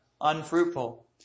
unfruitful